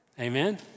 Amen